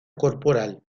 corporal